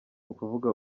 kuvuga